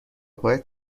باید